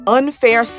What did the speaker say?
unfair